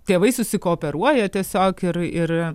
tėvai susikooperuoja tiesiog ir ir